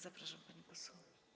Zapraszam, pani poseł.